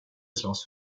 slåss